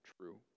true